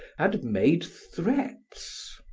had made threats.